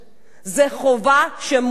זו חובה שמוטלת עלינו,